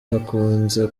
hakunze